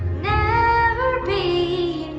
never be